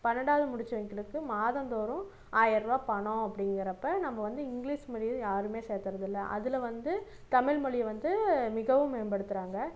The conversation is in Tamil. பன்னெண்டாவது முடிச்சவங்களுக்கு மாதம்தோறும் ஆயர்ரூபா பணம் அப்படிங்கிறப்ப நம்ப வந்து இங்கிலீஸ் மீடியம் யாருமே சேர்த்தறதில்ல அதில் வந்து தமிழ் மொழி வந்து மிகவும் மேம்படுத்துறாங்க